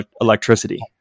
electricity